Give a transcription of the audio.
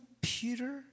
Peter